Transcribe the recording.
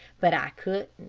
but i couldn't.